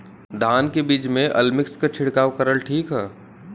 धान के बिज में अलमिक्स क छिड़काव करल ठीक ह?